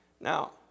Now